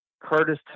Curtis